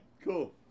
Cool